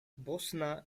bosna